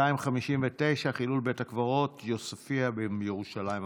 שאילתה מס' 259: חילול בית קברות יוספיה בירושלים המזרחית.